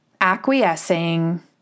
acquiescing